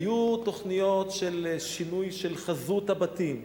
היו תוכניות של שינוי של חזות הבתים,